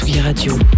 Radio